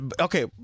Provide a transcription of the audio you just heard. Okay